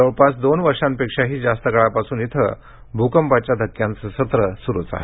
जवळपास दोन वर्षांपेक्षाही जास्त काळापासून इथं भूकंपाच्या धक्क्यांचं सत्र सुरूच आहे